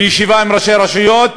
בישיבה עם ראשי הרשויות,